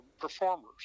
performers